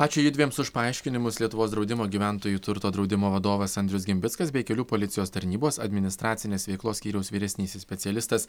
ačiū judviems už paaiškinimus lietuvos draudimo gyventojų turto draudimo vadovas andrius gimbickas bei kelių policijos tarnybos administracinės veiklos skyriaus vyresnysis specialistas